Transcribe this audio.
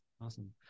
Awesome